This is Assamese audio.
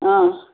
অঁ